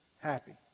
happy